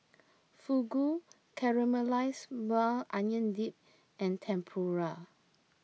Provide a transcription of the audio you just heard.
Fugu Caramelized Maui Onion Dip and Tempura